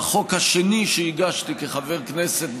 שהחוק השני שהגשתי כחבר כנסת,